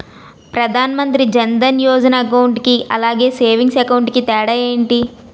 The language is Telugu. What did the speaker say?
ప్రధాన్ మంత్రి జన్ దన్ యోజన అకౌంట్ కి అలాగే సేవింగ్స్ అకౌంట్ కి తేడా ఏంటి?